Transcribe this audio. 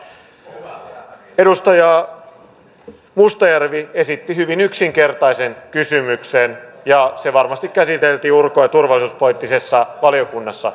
edustaja mustajärvi esitti hyvin yksinkertaisen kysymyksen ja se varmasti käsiteltiin ulko ja turvallisuuspoliittisessa valiokunnassa